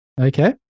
Okay